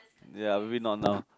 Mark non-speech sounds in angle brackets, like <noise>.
ya maybe not now <noise>